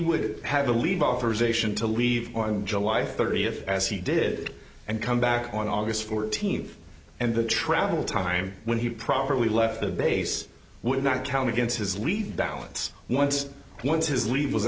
would have the lead buffers ation to leave on july thirtieth as he did and come back on august fourteenth and the travel time when he probably left the base would not count against his leave balance once once his leave was